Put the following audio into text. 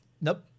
nope